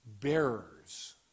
bearers